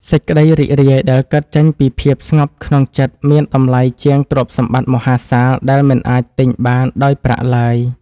សេចក្តីរីករាយដែលកើតចេញពីភាពស្ងប់ក្នុងចិត្តមានតម្លៃជាងទ្រព្យសម្បត្តិមហាសាលដែលមិនអាចទិញបានដោយប្រាក់ឡើយ។